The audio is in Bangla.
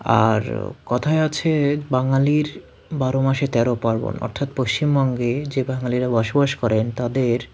আর কথায় আছে বাঙালির বারো মাসে তেরো পার্বণ অর্থাৎ পশ্চিমবঙ্গে যে বাঙালিরা বসবাস করেন তাদের